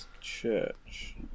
Church